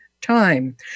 Time